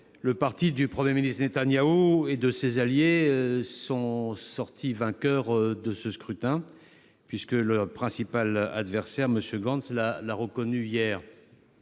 le parti du Premier ministre Netanyahou et ses alliés sont sortis vainqueurs du scrutin, puisque leur principal adversaire, M. Gantz, l'a reconnu hier.